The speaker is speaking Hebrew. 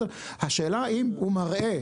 השאלה אם הוא מראה,